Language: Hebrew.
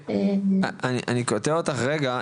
אני קוטע אותך רגע,